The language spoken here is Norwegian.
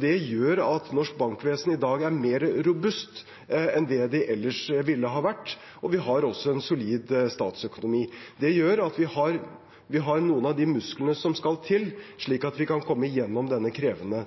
Det gjør at norsk bankvesen i dag er mer robust enn det ellers ville ha vært. Vi har også en solid statsøkonomi. Det gjør at vi har noen av de musklene som skal til, slik at vi kan komme gjennom denne krevende